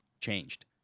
changed